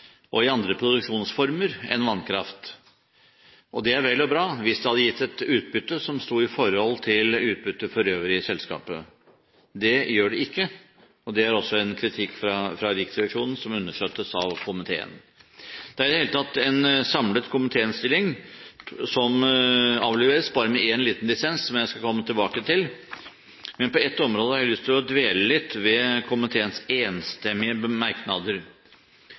og i andre produksjonsformer enn vannkraft. Det er vel og bra hvis det hadde gitt et utbytte som sto i forhold til utbyttet for øvrig i selskapet. Det gjør det ikke, og det er også en kritikk fra Riksrevisjonen som understøttes av komiteen. Det er i det hele tatt en samlet komitéinnstilling som avleveres, bare med en liten dissens, som jeg skal komme tilbake til. Men på ett område har jeg lyst til å dvele litt ved komiteens enstemmige merknader: